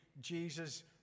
Jesus